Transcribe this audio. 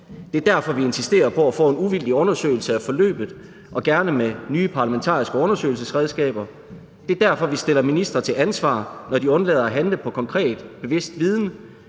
Det er derfor, at vi insisterer på at få en uvildig undersøgelse af forløbet – og gerne med nye parlamentariske undersøgelsesredskaber. Det er derfor, vi stiller ministre til ansvar, når de undlader at handle på konkret, bevidst viden.